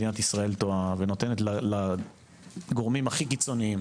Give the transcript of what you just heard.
מדינת ישראל טועה ונותנת לגורמים הכי קיצוניים